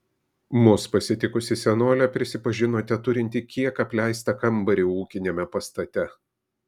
mus pasitikusi senolė prisipažino teturinti kiek apleistą kambarį ūkiniame pastate